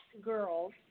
girls